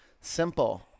simple